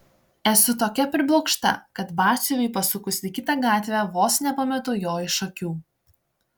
esu tokia priblokšta kad batsiuviui pasukus į kitą gatvę vos nepametu jo iš akių